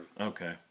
Okay